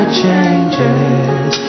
changes